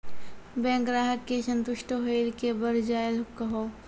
Bank ग्राहक के संतुष्ट होयिल के बढ़ जायल कहो?